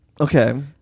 okay